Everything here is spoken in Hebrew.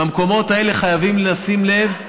במקומות האלה חייבים לשים לב.